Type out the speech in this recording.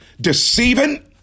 deceiving